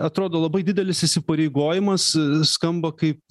atrodo labai didelis įsipareigojimas skamba kaip